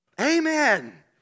Amen